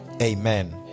Amen